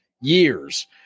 Years